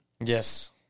Yes